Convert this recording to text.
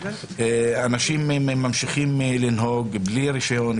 אנשים ממשיכים לנהוג בלי רישיון,